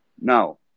Now